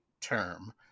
term